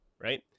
right